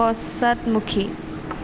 পশ্চাদমুখী